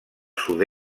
sud